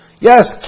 Yes